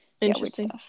Interesting